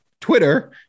Twitter